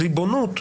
ריבונות,